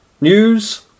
news